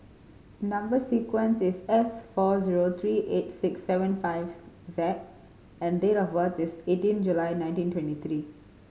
number sequence is S four zero three eight six seven five Z and date of birth is eighteen July nineteen twenty three